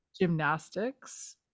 gymnastics